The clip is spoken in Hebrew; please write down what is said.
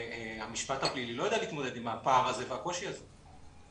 המשפט הפלילי לא יודע להתמודד עם הפער הזה והקושי הזה.